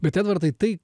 bet edvardai tai